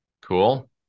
Cool